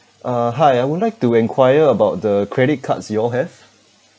uh hi I would like to enquire about the credit cards you all have